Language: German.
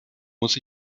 muss